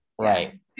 Right